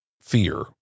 fear